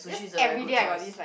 so she's a very good choice